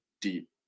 deep